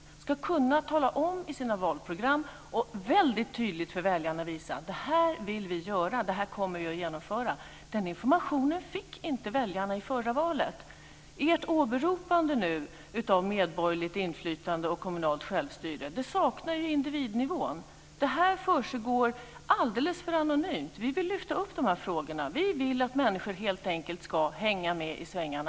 Man ska i sina valprogram kunna tala om och väldigt tydligt för väljarna visa vad man vill: Det här vill vi göra och det här kommer vi att genomföra. Den informationen fick väljarna inte i förra valet. Ert åberopande nu av medborgerligt inflytande och kommunalt självstyre saknar individnivå. Det här försiggår alldeles för anonymt. Vi vill lyfta upp de här frågorna. Vi vill helt enkelt att människor ska hänga med i svängarna.